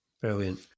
Brilliant